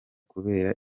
kubera